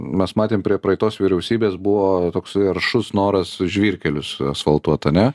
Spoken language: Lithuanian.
mes matėm prie praeitos vyriausybės buvo toks aršus noras žvyrkelius asfaltuot ane